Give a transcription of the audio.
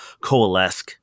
coalesce